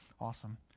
Awesome